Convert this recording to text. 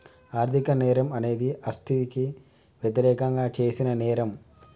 ఆర్థిక నేరం అనేది ఆస్తికి వ్యతిరేకంగా చేసిన నేరం